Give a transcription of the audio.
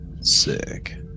Sick